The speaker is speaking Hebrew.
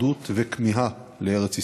אחדות וכמיהה לארץ ישראל.